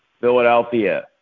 Philadelphia